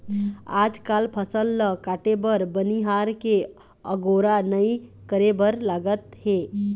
आजकाल फसल ल काटे बर बनिहार के अगोरा नइ करे बर लागत हे